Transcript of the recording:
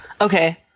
Okay